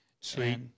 Sweet